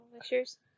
pictures